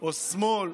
או שמאל,